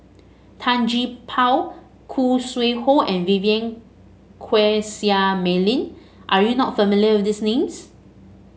Tan Gee Paw Khoo Sui Hoe and Vivien Quahe Seah Mei Lin are you not familiar with these names